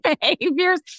behaviors